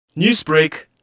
Newsbreak